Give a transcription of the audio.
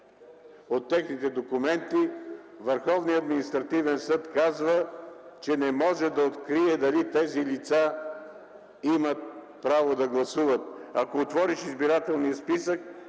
административен съд казва, че не може да открие дали тези лица имат право да гласуват. Ако се отвори избирателният списък,